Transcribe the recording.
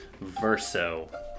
Verso